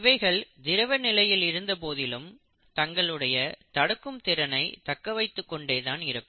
இவைகள் திரவ நிலையில் இருந்த போதிலும் தங்களுடைய தடுக்கும் திறனை தக்கவைத்துக் கொண்டே தான் இருக்கும்